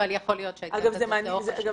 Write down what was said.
אבל יכול להיות שהייתה כזאת לאורך השנים.